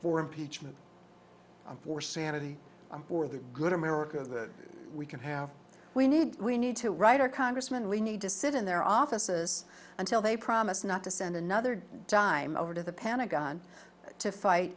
for impeachment i'm for sanity i'm for the good america that we can have we need we need to write our congressmen we need to sit in their offices until they promise not to send another dime over to the pentagon to fight